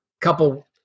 couple